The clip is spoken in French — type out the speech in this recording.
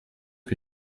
que